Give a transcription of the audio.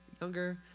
younger